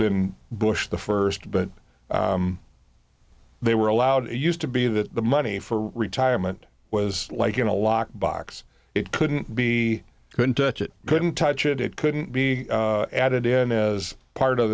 been bush the first but they were allowed used to be that the money for retirement was like in a lockbox it couldn't be couldn't touch it couldn't touch it it couldn't be added in as part of